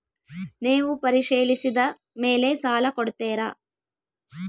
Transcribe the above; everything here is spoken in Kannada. ನೇವು ಪರಿಶೇಲಿಸಿದ ಮೇಲೆ ಸಾಲ ಕೊಡ್ತೇರಾ?